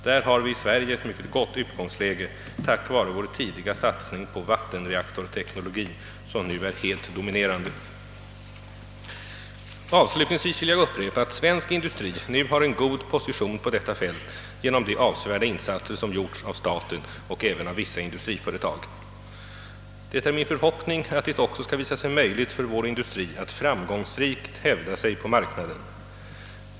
Där har vi i Sverige ett mycket gott utgångsläge tack vare vår tidiga satsning på vattenreaktorteknologin, som nu är helt dominerande. Avslutningsvis vill jag upprepa att svensk industri nu har en god position på detta fält genom de avsevärda insatser som gjorts av staten och även av vissa industriföretag. Det är min förhoppning att det också skall visa sig möjligt för vår industri att framgångsrikt hävda sig på marknaden.